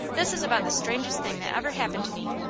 this is about the strangest thing that ever happened to me.